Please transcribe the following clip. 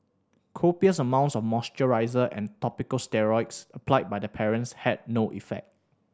copious amounts of moisturisers and topical steroids applied by the parents had no effect